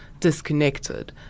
Disconnected